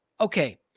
okay